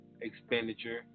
expenditure